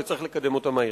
ושצריך לקדם אותה מהר.